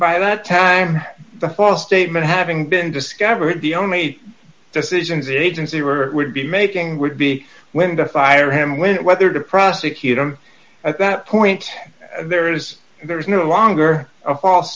by that time the false statement having been discovered the only decisions an agency were would be making would be when to fire him when and whether to prosecute him at that point there is there is no longer a false